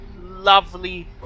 lovely